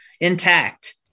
intact